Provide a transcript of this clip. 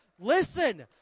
Listen